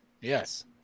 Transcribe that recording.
Yes